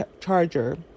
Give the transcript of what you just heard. Charger